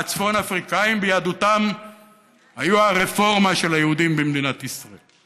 והצפון אפריקנים ביהדותם היו הרפורמה של היהודים במדינת ישראל,